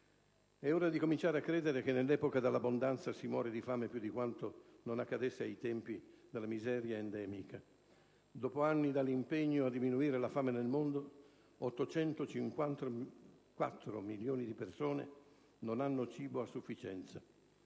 È ora di cominciare a credere che nell'epoca dell'abbondanza si muore di fame più di quanto non accadesse ai tempi della miseria endemica. Dopo anni dall'impegno a diminuire la fame nel mondo, 854 milioni di persone non hanno cibo a sufficienza: